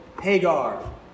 Hagar